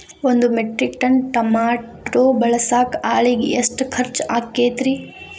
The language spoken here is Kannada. ಒಂದು ಮೆಟ್ರಿಕ್ ಟನ್ ಟಮಾಟೋ ಬೆಳಸಾಕ್ ಆಳಿಗೆ ಎಷ್ಟು ಖರ್ಚ್ ಆಕ್ಕೇತ್ರಿ?